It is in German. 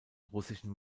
russischen